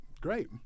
great